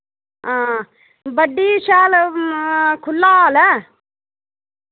हां बड्डी शैल खुल्ला हाल ऐ